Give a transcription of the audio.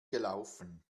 gelaufen